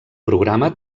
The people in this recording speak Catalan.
programa